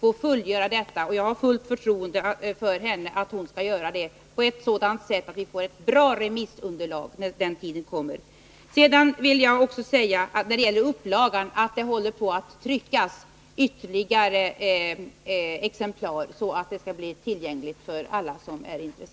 Jag har också fullt förtroende för att hon kommer att göra det på ett sådant sätt att vi får ett bra remissunderlag, när den tiden kommer. Beträffande upplagan vill jag säga att man håller på att trycka ytterligare exemplar, så att alla som är intresserade skall kunna få ett.